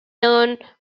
known